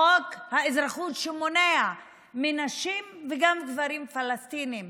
חוק האזרחות שמונע מנשים וגם גברים פלסטינים